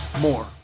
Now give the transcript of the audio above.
more